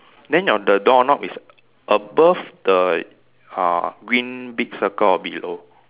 then your the doorknob is above the uh green big circle or below